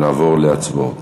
ונעבור להצבעות.